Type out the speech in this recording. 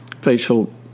facial